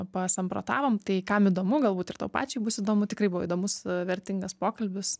pasamprotavom tai kam įdomu galbūt ir tau pačiai bus įdomu tikrai buvo įdomus vertingas pokalbis